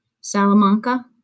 Salamanca